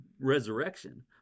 resurrection